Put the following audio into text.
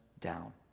down